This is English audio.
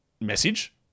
message